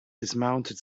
dismounted